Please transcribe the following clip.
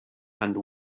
and